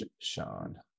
Sean